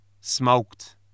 smoked